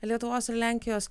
lietuvos ir lenkijos